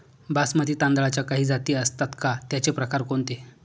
बासमती तांदळाच्या काही जाती असतात का, त्याचे प्रकार कोणते?